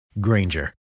Granger